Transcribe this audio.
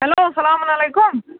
hello اسلامُن علیکُم